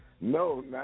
No